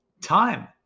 time